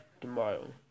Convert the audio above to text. tomorrow